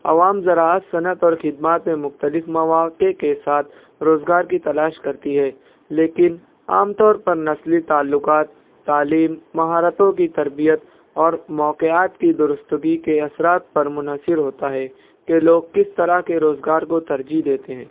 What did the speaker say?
عوام زراعت صنعت اور خدمات پہ مختلف مواقع کے ساتھ روزگار کی تلاش کرتی ہے لیکن عام طور پر نسلی تعلقات تعلیم مہارتوں کی تربیت اور موقعات کی درستگی کے اثرات پر منحصر ہوتا ہے کہ لوگ کس طرح کے روزگار کو ترجیح دیتے ہیں